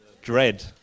Dread